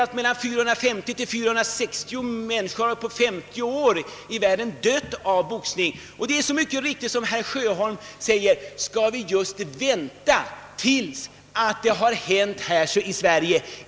Vi vet att 450— 460 människor i världen har under 50 år dött på grund av skador vid boxning. Herr Sjöholm undrade, om vi skall vänta tills sådana dödsfall förekommit här i Sverige.